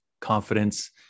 confidence